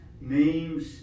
name's